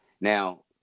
now